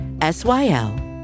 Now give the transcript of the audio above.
S-Y-L